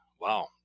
Wow